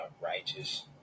righteous